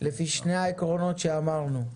לפי שני העקרונות שאמרנו: